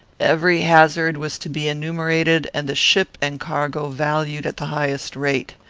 every hazard was to be enumerated, and the ship and cargo valued at the highest rate.